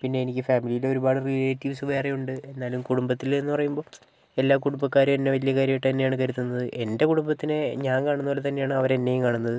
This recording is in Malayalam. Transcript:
പിന്നെയെനിക്ക് ഫാമിലിയില് ഒരുപാട് റിലേറ്റിവ്സ് വേറെയുണ്ട് എന്നാലും കുടുംബത്തിലേന്ന് പറയുമ്പോൾ എല്ലാ കുടുംബക്കാരും എന്നെ വലിയ കാര്യായിട്ട് തന്നെയാണ് കരുതുന്നത് എൻ്റെ കുടുംബത്തില് ഞാൻ കാണുന്നതുപോലെത്തന്നെയാണ് അവരെന്നെയും കാണുന്നത്